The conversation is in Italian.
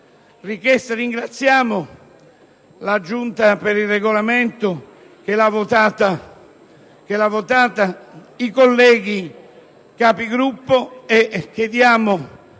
richiesta, la Giunta per il Regolamento che l'ha votata, i colleghi Capigruppo, e chiediamo